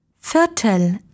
Viertel